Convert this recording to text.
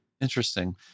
Interesting